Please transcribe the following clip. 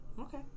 Okay